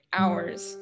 hours